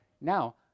now